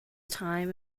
time